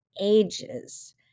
ages